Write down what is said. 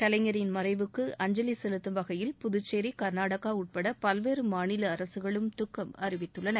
கலைஞரின் மறைவுக்கு அஞ்சலி செலுத்தும் வகையில் புதுச்சேரி கர்நாடக உட்பட பல்வேறு மாநில அரசுகளும் துக்கம் அறிவித்துள்ளன